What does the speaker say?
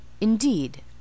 Indeed